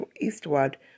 eastward